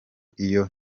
iyo